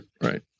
right